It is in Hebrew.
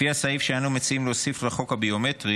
לפי הסעיף שאנו מציעים להוסיף לחוק הביומטרי,